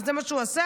אבל זה מה שהוא עשה,